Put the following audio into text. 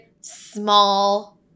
small